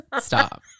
stop